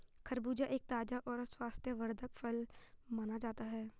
खरबूजा एक ताज़ा और स्वास्थ्यवर्धक फल माना जाता है